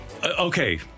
Okay